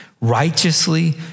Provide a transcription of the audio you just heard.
righteously